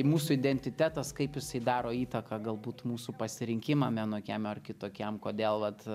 mūsų identitetas kaip jisai daro įtaką galbūt mūsų pasirinkimam vienokiem ar kitokiem kodėl vat